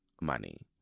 money